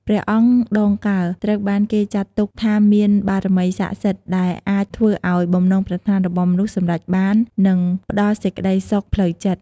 ព្រះអង្គដងកើ ត្រូវបានគេចាត់ទុកថាមានបារមីស័ក្តិសិទ្ធិ ដែលអាចធ្វើឲ្យបំណងប្រាថ្នារបស់មនុស្សសម្រេចបាន និងផ្ដល់សេចក្ដីសុខផ្លូវចិត្ត។